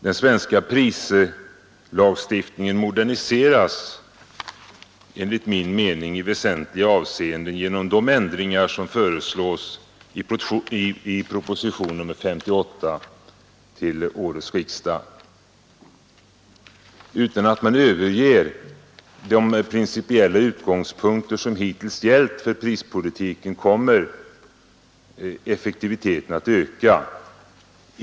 Den svenska prislagstiftningen moderniseras enligt min mening i väsentliga avseenden genom de ändringar som föreslås i proposition nr 58 till årets riksdag. Utan att man överger de principiella utgångspunkter som hittills gällt för prispolitiken kommer effektiviteten att öka.